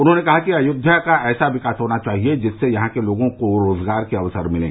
उन्होंने कहा कि अयोध्या का ऐसा विकास होना चाहिये जिससे यहां के लोगों को रोजगार के अवसर मिले